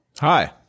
Hi